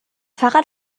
fahrrad